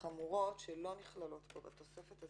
חמורות שלא נכללות בתוספת.